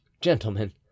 Gentlemen